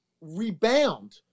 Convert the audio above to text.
rebound